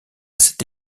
cette